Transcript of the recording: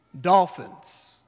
Dolphins